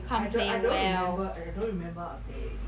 I don't I don't remember every I don't remember how to play already